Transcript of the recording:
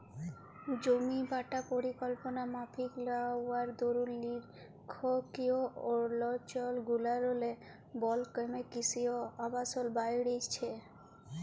জমিবাঁটা পরিকল্পলা মাফিক লা হউয়ার দরুল লিরখ্খিয় অলচলগুলারলে বল ক্যমে কিসি অ আবাসল বাইড়হেছে